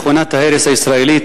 מכונת ההרס הישראלית,